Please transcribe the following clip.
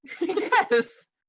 Yes